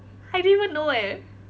I didn't even know eh